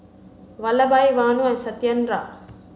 Vallabhbhai Vanu and Satyendra